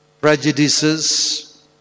prejudices